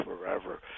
forever